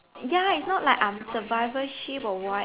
ya it's not like I'm survivorship or what